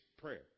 prayer